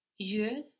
Je